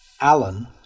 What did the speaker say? Alan